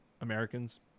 americans